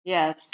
Yes